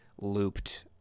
looped